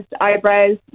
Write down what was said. eyebrows